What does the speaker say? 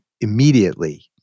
immediately